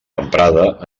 emprada